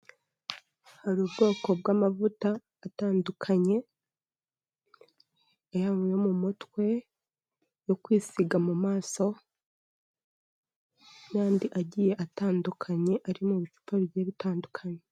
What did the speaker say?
Hari ubwoko bw'amavuta atandukanye, yaba ayo mu mutwe, ayo kwisiga mu maso, n'andi agiye atandukanye ari mu bicupa bigiye bitandukanye.